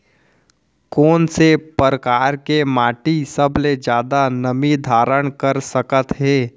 कोन से परकार के माटी सबले जादा नमी धारण कर सकत हे?